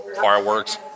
fireworks